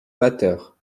batteur